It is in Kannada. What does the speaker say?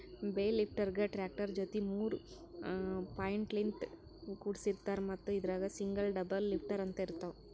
ಬೇಲ್ ಲಿಫ್ಟರ್ಗಾ ಟ್ರ್ಯಾಕ್ಟರ್ ಜೊತಿ ಮೂರ್ ಪಾಯಿಂಟ್ಲಿನ್ತ್ ಕುಡಸಿರ್ತಾರ್ ಮತ್ತ್ ಇದ್ರಾಗ್ ಸಿಂಗಲ್ ಡಬಲ್ ಲಿಫ್ಟರ್ ಅಂತ್ ಇರ್ತವ್